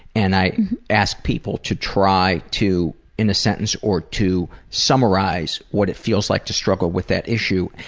and i ask people to try to in a sentence or two summarize what it feels like to struggle with that issue.